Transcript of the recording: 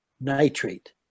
nitrate